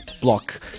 block